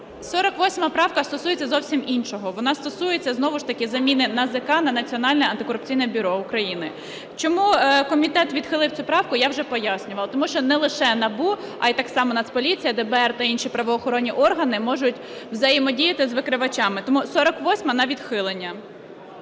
48 правка стосується зовсім іншого. Вона стосується знову ж таки заміни НАЗК на Національне антикорупційне бюро України. Чому комітет відхилив цю правку, я вже пояснювала, тому що не лише НАБУ, а й так само Нацполіція, ДБР та інші правоохоронні органи можуть взаємодіяти з викривачами. Тому 48-а – на відхилення.